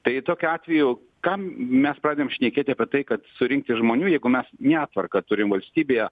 tai tokiu atveju kam mes pradedame šnekėti apie tai kad surinkti žmonių jeigu mes netvarką turim valstybėje